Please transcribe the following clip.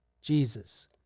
Jesus